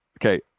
Okay